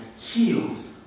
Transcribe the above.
heals